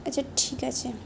আচ্ছা ঠিক আছে